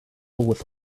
with